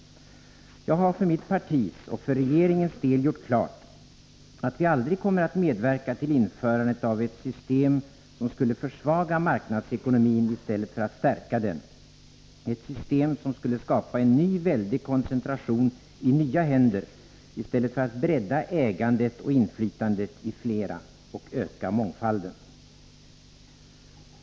Jag har för mitt partis och för regeringens del gjort klart att vi aldrig kommer att medverka till införandet av ett system, som skulle försvaga marknadsekonomin i stället för att stärka den, ett system som skulle skapa en ny väldig koncentration i nya händer i stället för att bredda ägandet och inflytandet till flera och öka mångfalden.” Herr talman!